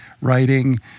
writing